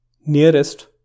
nearest